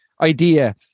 idea